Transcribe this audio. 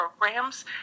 programs